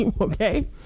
okay